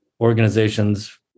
organizations